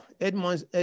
edmund's